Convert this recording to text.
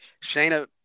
Shayna